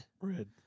Red